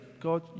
God